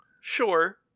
Sure